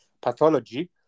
pathology